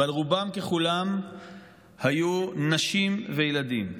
אבל רובם ככולם היו נשים וילדים,